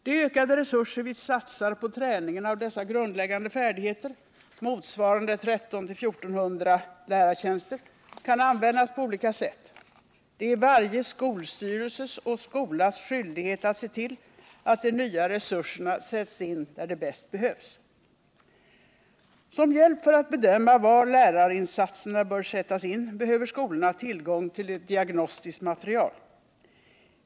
De ökade resurser vi satsar på träningen av dessa grundläggande färdigheter — motsvarande 1 300-1 400 lärartjänster — kan användas på olika sätt. Det är varje skolstyrelses och skolas skyldighet att se till att de nya resurserna sätts in där de bäst behövs. Som hjälp för att bedöma var lärarinsatserna bör sättas in behöver skolorna tillgång till ett diagnostiskt material.